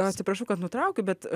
atsiprašau kad nutraukiu bet